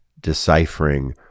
deciphering